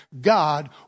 God